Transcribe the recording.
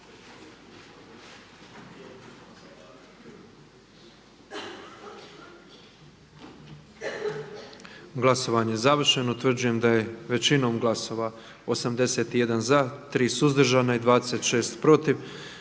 Glasovanje je završeno. Utvrđujem da je većinom glasova 117 za, 8 suzdržanih i jednim protiv